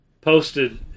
posted